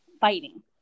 fighting